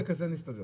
בחלק הזה נסתדר.